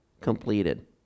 completed